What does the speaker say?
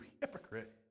hypocrite